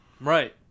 Right